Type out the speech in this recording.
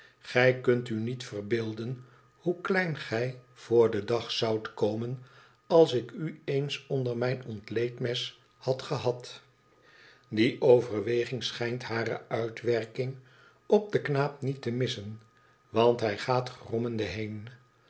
gij kunt u niet verbeelden hoe klein gi voor den dag zoudt komen als ik u eens onder mijn ontleedmes had gehad die overweging schijnt hare uitwerking op den knaap niet te missen want hij gaat grommende heen